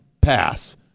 pass